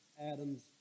Adam's